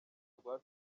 rwa